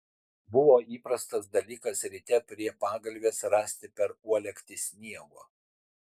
buvo įprastas dalykas ryte prie pagalvės rasti per uolektį sniego